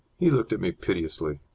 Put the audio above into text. he looked at me piteously.